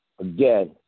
Again